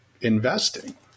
investing